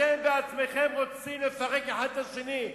אתם עצמכם רוצים לפרק זה את זה.